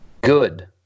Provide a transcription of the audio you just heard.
Good